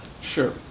Sure